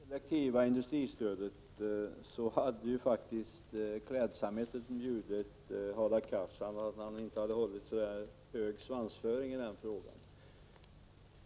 Herr talman! När det gäller det selektiva industristödet hade det varit klädsamt om Hadar Cars inte hade hållit så hög svansföring.